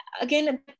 again